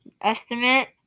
Estimate